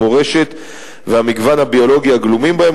המורשת והמגוון הביולוגי הגלומים בהם